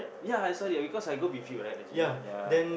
ya I saw it because I go with you right the gym ya